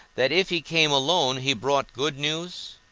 that if he came alone, he brought good news?